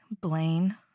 Blaine